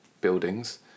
buildings